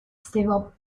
civil